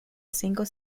single